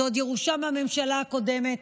וזו עוד ירושה מהממשלה הקודמת.